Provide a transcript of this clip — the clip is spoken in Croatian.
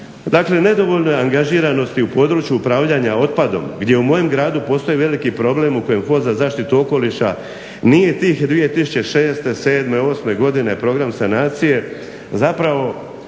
Dakle, nedovoljno je angažiranosti u području upravljanja otpadom gdje u mojem gradu postoji veliki problem u kojem Fond za zaštitu okoliša nije tih 2006., sedme, osme godine program sanacije zapravo